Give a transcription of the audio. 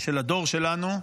של הדור שלנו,